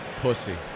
pussy